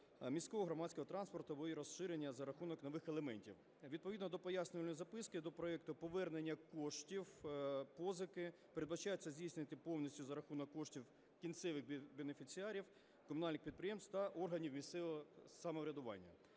міського громадського транспорту, або її розширення за рахунок нових елементів. Відповідно до пояснювальної записки до проекту повернення коштів (позики) передбачається здійснювати повністю за рахунок коштів кінцевих бенефіціарів комунальних підприємств та органів місцевого самоврядування.